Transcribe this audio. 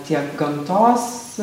tiek gamtos